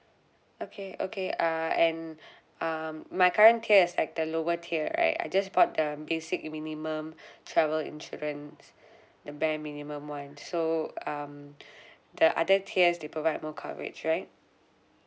okay okay uh and um my current tier is like the lower tier right I just bought the um basic minimum travel insurance the very minimum [one] so um the other tiers they provide more coverage right